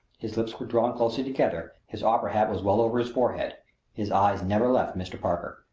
his lips were drawn closely together his opera hat was well over his forehead his eyes never left mr. parker.